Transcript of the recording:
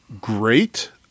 great